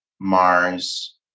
mars